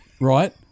right